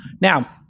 Now